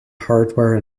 hardware